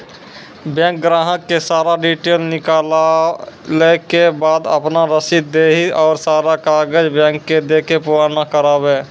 Bank ग्राहक के सारा डीटेल निकालैला के बाद आपन रसीद देहि और सारा कागज बैंक के दे के पुराना करावे?